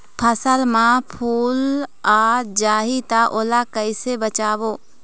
फसल म फूल आ जाही त ओला कइसे पहचानबो?